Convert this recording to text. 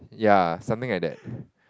ya something like thar